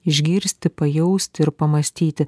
išgirsti pajausti ir pamąstyti